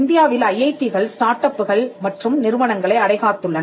இந்தியாவில் I I T கள் ஸ்டார்ட் அப்புகள் மற்றும் நிறுவனங்களை அடைகாத்துள்ளன